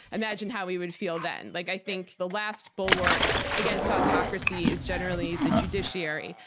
imagine how we would feel then. like i think the last bulwark against autocracy is generally the judiciary,